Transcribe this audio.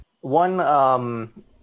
One